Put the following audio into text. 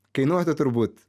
kainuotų turbūt